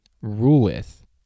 ruleth